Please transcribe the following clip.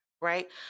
right